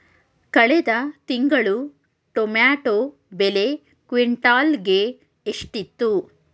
ಕಳೆದ ತಿಂಗಳು ಟೊಮ್ಯಾಟೋ ಬೆಲೆ ಕ್ವಿಂಟಾಲ್ ಗೆ ಎಷ್ಟಿತ್ತು?